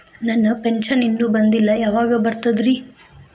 ನನ್ನ ಪೆನ್ಶನ್ ಇನ್ನೂ ಬಂದಿಲ್ಲ ಯಾವಾಗ ಬರ್ತದ್ರಿ?